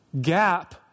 gap